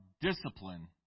discipline